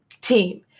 team